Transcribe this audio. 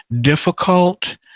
difficult